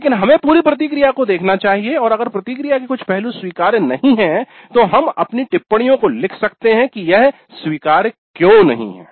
लेकिन हमें पूरी प्रतिक्रया को देखना चाहिए और अगर प्रतिक्रिया के कुछ पहलू स्वीकार्य नहीं हैं तो हम अपनी टिप्पणियों को लिख सकते हैं कि यह स्वीकार्य क्यों नहीं है